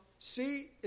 See